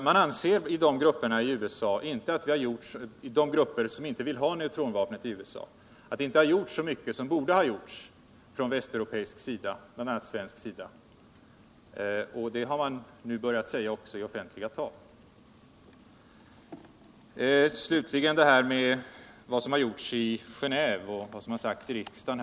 Man anser i de grupper i USA som inte vill ha neutronvapnet att det inte har gjorts så mycket som borde ha gjorts från västeuropeisk, bl.a. svensk, sida. Det har man nu börjat säga också i offentliga tal. Slutligen några ord om vad som har gjorts i Geneve och vad som har sagts i riksdagen.